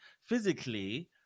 physically